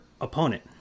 opponent